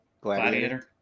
gladiator